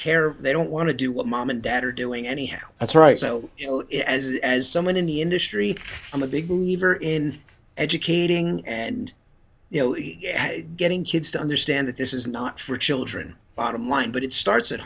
care they don't want to do what mom and dad are doing anyhow that's right so you know as as someone in the industry i'm a big believer in educating and you know getting kids to understand that this is not for children bottom line but it starts at